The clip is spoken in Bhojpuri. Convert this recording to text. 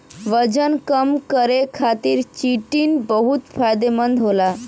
वजन कम करे खातिर चिटिन बहुत फायदेमंद होला